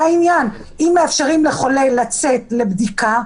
אם מאפשרים לחולה לצאת לבדיקה,